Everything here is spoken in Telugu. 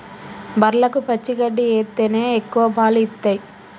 బర్లకు పచ్చి గడ్డి ఎత్తేనే ఎక్కువ పాలు ఇత్తయ్